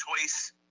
choice